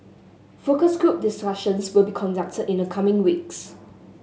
focus group discussions will be conducted in the coming weeks